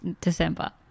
December